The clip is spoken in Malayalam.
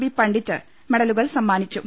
ബി പണ്ഡിറ്റ് മെഡലുകൾ സമ്മാനിച്ചു